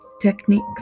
techniques